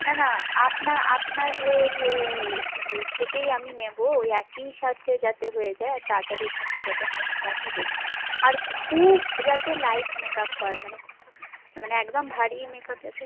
না না আপনা আপনারদের দে থেকেই আমি নেবো ওই একই সাথে যাতে হয়ে যায় আর তাড়াতাড়ির মধ্যে যাতে হয় সেটা আপনি দেখুন আর খুব যাতে লাইট আপ হয় মানে খুব মানে একদম ভারি আপ যাতে